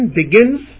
begins